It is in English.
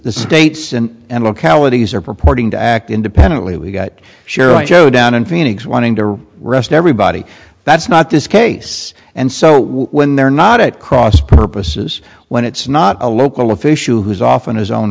the states and localities are purporting to act independently we've got sheriff joe down in phoenix wanting to rest everybody that's not this case and so when they're not at cross purposes when it's not a local official who's off on his own